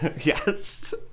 yes